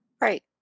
Right